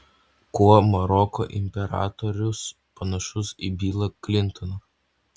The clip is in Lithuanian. kuo maroko imperatorius panašus į bilą klintoną